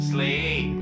Sleep